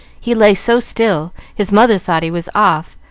he lay so still his mother thought he was off,